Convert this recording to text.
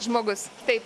žmogus taip